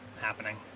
happening